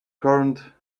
current